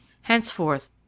Henceforth